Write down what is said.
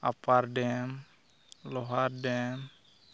upper dam lower dam